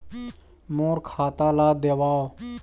मोर खाता ला देवाव?